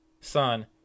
Son